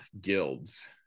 guilds